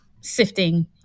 sifting